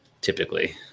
typically